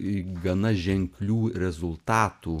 į gana ženklių rezultatų